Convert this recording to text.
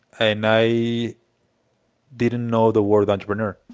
and i didn't know the word entrepreneur.